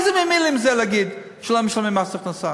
איזה מין מילים זה להגיד שלא משלמים מס הכנסה?